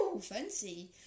fancy